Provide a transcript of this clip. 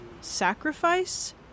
sacrifice